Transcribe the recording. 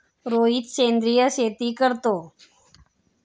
रोहित सेंद्रिय शेती करतो